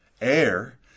air